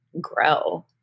grow